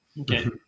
Okay